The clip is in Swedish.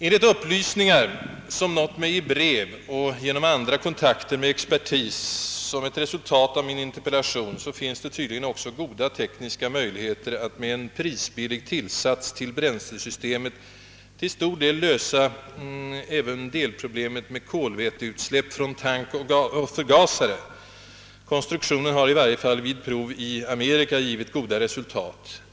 Enligt upplysningar som nått mig i brev och genom andra kontakter med expertis som resultat av min interpellation finns det tydligen också goda tekniska möjligheter att med en prisbillig tillsats till bränslesystemet till stor del lösa även delproblemet med kolväteutsläpp från tank och förgasare. Konstruktionen har i varje fall vid prov i Amerika givit goda resultat.